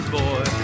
boy